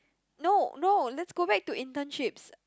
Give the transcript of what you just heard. no no let's go back to internships